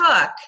took